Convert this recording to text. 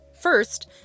First